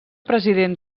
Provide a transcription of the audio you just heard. president